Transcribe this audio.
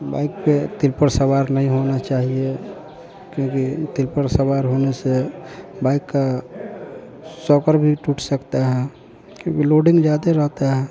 bike पर triple सवार नहीं होना चाहिए क्योंकि ट्रिपल सवार होने से बाइक का सॉकर भी टूट सकता है क्योंकि लोडिंग ज़्यादा रहता है